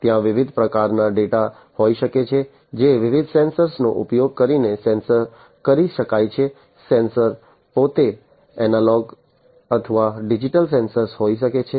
ત્યાં વિવિધ પ્રકારના ડેટા હોઈ શકે છે જે વિવિધ સેન્સર્સનો ઉપયોગ કરીને સેન્સ કરી શકાય છે સેન્સર પોતે એનાલોગ અથવા ડિજિટલ સેન્સર હોઈ શકે છે